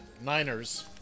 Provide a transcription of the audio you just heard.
Niners